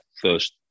first